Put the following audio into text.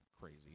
crazy